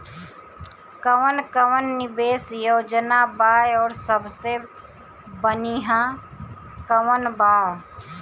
कवन कवन निवेस योजना बा और सबसे बनिहा कवन बा?